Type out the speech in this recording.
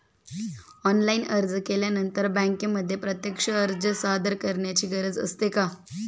Online अर्ज केल्यानंतर बँकेमध्ये प्रत्यक्ष अर्ज सादर करायची गरज असते का?